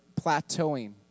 plateauing